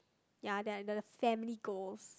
ya they are like the family goals